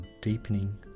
deepening